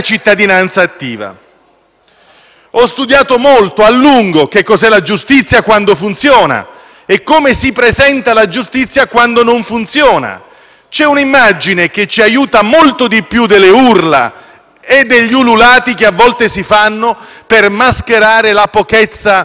Ho studiato molto e a lungo che cos'è la giustizia quando funziona, e come si presenta la giustizia quando non funziona. C'è un'immagine che ci aiuta molto di più delle urla e degli ululati che a volte si fanno per mascherare la pochezza argomentativa.